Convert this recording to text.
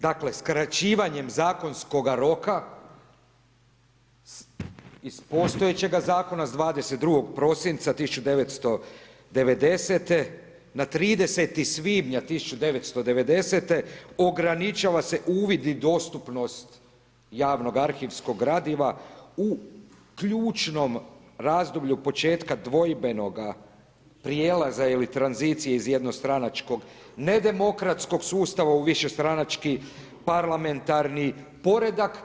Dakle skraćivanjem zakonskoga roka iz postojećega zakona s 22. prosinca 1990. na 30. svibnja 1990. ograničava se uvid i dostupnost javnog arhivskog gradiva u ključnom razdoblju početka dvojbenoga prijelaza ili tranzicije iz jednostranačkog nedemokratskog sustava u višestranački parlamentarni poredak.